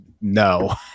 no